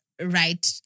right